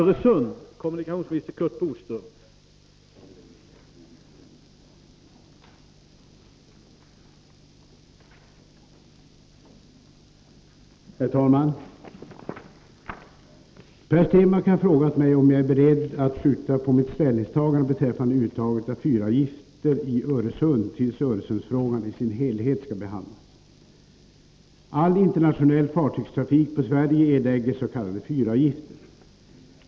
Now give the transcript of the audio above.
Herr talman! Per Stenmarck har frågat mig om jag är beredd att skjuta på mitt ställningstagande beträffande uttaget av fyravgifter i Öresund tills Öresundsfrågan i sin helhet skall behandlas. All internationell fartygstrafik på Sverige erlägger s.k. fyravgifter.